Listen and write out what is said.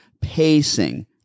pacing